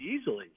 Easily